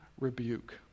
rebuke